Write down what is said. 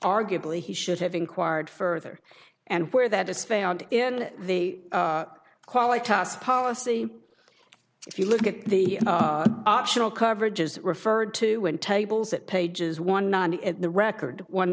arguably he should have inquired further and where that is found in the quality us policy if you look at the optional coverages referred to win tables at pages one the record one